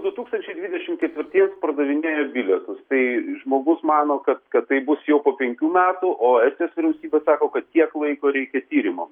du tūkstančiai dvidešimt ketvirtiems pardavinėja bilietus tai žmogus mano kad kad taip bus jau po penkių metų o estijos vyriausybė sako kad tiek laiko reikia tyrimam